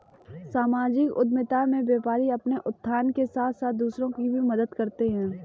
सामाजिक उद्यमिता में व्यापारी अपने उत्थान के साथ साथ दूसरों की भी मदद करते हैं